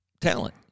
talent